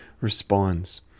responds